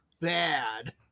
bad